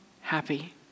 happy